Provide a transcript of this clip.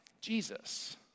Jesus